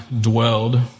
dwelled